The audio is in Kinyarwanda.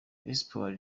espoir